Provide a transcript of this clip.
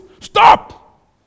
Stop